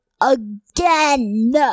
again